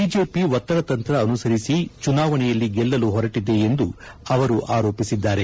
BJP ಒತ್ತದ ತಂತ್ರ ಅನುಸರಿಸಿ ಚುನಾವಣೆಯಲ್ಲಿ ಗೆಲ್ಲಲು ಹೊರಟಿದೆ ಎಂದು ಅವರು ಆರೋಪಿಸಿದ್ದಾರೆ